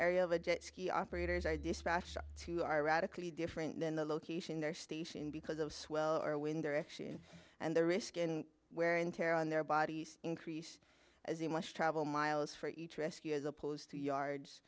area of a jet ski operators i dispatch to are radically different than the location their station because of swell or when they're actually and the risk in wear and tear on their bodies increase as they must travel miles for each rescue is opposed to yards